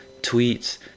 tweets